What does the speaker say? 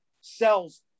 sells